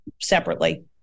separately